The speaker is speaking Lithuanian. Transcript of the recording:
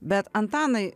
bet antanai